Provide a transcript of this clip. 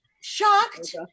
shocked